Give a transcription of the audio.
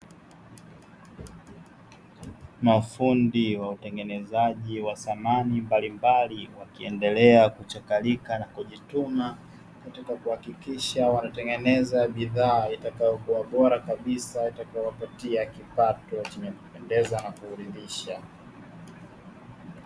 Watu mbalimbali wenye rika tofauti tofauti wakiwa ndani ya chumba kikubwa cha darasa. Wameketi kuizunguka meza kubwa iliyo na makaratasi na vitabu vingi. Huku wakiishimea kutoka kwenye makaratasi hayo yaliyoko mezani.